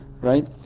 right